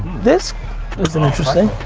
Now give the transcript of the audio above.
this is an interesting.